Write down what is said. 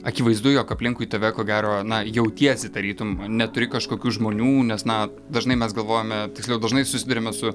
akivaizdu jog aplinkui tave ko gero na jautiesi tarytum neturi kažkokių žmonių nes na dažnai mes galvojame tiksliau dažnai susiduriame su